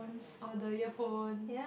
oh the earphone